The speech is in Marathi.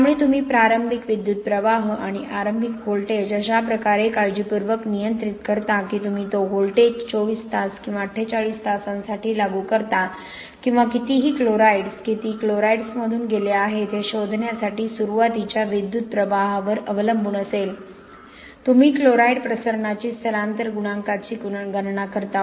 त्यामुळे तुम्ही प्रारंभिक विद्युत् प्रवाह आणि आरंभिक व्होल्टेज अशा प्रकारे काळजीपूर्वक नियंत्रित करता की तुम्ही तो व्होल्टेज २४ तास किंवा ४८ तासांसाठी लागू करता किंवा कितीही क्लोराईड्स किती क्लोराईड्समधून गेले आहेत हे शोधण्यासाठी सुरुवातीच्या विद्युत् प्रवाहावर अवलंबून असेल तुम्ही क्लोराईड प्रसरणाची स्थलांतर गुणांकाची गणना करता